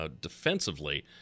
Defensively